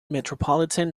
metropolitan